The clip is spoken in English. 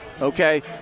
Okay